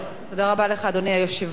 אדוני היושב-ראש,